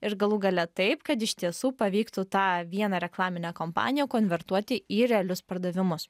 ir galų gale taip kad iš tiesų pavyktų tą vieną reklaminę kompaniją konvertuoti į realius pardavimus